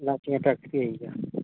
लाचियें दा पैकेट बी आई गेआ